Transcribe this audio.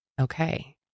okay